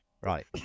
Right